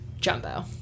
Jumbo